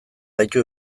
gaitu